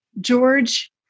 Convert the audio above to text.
George